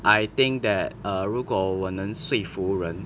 I think that err 如果我能说服人